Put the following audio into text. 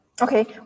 Okay